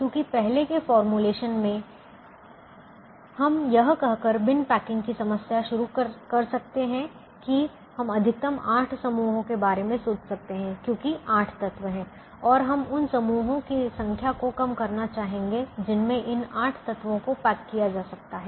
क्योंकि पहले के फॉर्मूलेशन में हम यह कहकर बिन पैकिंग की समस्या शुरू कर सकते हैं कि हम अधिकतम 8 समूहों के बारे में सोच सकते हैं क्योंकि 8 तत्व हैं और हम उन समूहों की संख्या को कम करना चाहेंगे जिनमें इन 8 तत्वों को पैक किया जा सकता है